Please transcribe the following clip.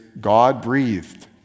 God-breathed